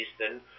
Eastern